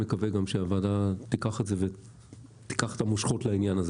ואני גם מקווה שהוועדה אולי תיקח את המושכות בעניין הזה